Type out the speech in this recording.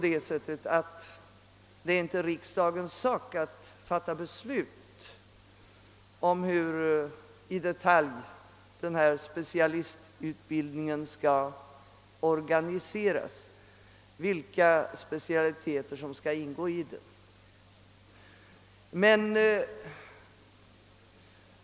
Det är inte riksdagens sak att fatta beslut om hur specialistutbildningen i detalj skall organiseras eller om vilka specialiteter som skall ingå i densamma.